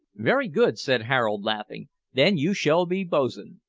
very good, said harold, laughing then you shall be boatswain,